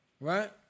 Right